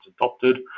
adopted